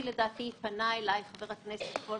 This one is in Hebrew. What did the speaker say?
ראינו בצורה הכי ברורה שהרגולטור,